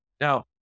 Now